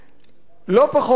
עמיתי חברי הכנסת,